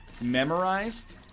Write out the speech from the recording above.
memorized